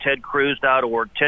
tedcruz.org